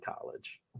college